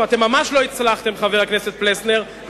ממש לא הצלחתם, חבר הכנסת פלסנר.